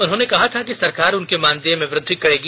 उन्होंने कहा था कि सरकार उनके मानदेय में वृद्धि करेगी